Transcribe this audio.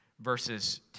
Verses